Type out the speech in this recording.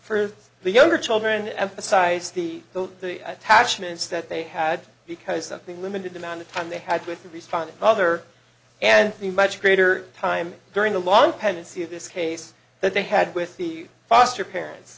for the younger children emphasize the attachments that they had because something limited amount of time they had with the responding father and the much greater time during the long pendency of this case that they had with the foster parents